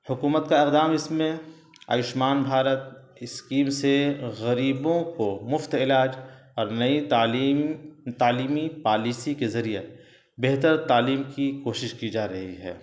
حکومت کا اقدام اس میں آیوشمان بھارت اسکیم سے غریبوں کو مفت علاج اور نئی تعلیم تعلیمی پالیسی کے ذریعہ بہتر تعلیم کی کوشش کی جا رہی ہے